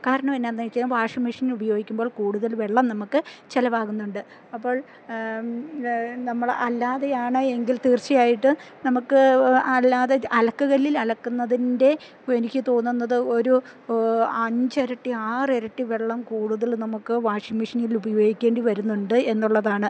കാരണം എന്നാന്നുവച്ചാല് വാഷിംഗ് മെഷ്യനുപയോഗിക്കുമ്പോൾ കൂടുതൽ വെള്ളം നമുക്ക് ചെലവാകുന്നുണ്ട് അപ്പോൾ നമ്മള് അല്ലാതെയാണ് എങ്കിൽ തീർച്ചയായിട്ട് നമുക്ക് അല്ലാതെ അലക്കുകല്ലിൽ അലക്കുന്നതിൻ്റെ എനിക്ക് തോന്നുന്നത് ഒരു അഞ്ചിരട്ടി ആറിരട്ടി വെള്ളം കൂടുതല് നമുക്ക് വാഷിംഗ് മെഷിനിൽ ഉപയോഗിക്കേണ്ടിവരുന്നുണ്ട് എന്നുള്ളതാണ്